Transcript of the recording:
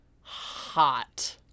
hot